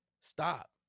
Stop